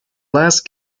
last